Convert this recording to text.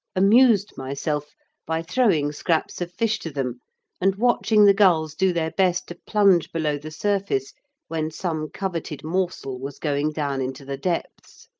amused myself by throwing scraps of fish to them and watching the gulls do their best to plunge below the surface when some coveted morsel was going down into the depths,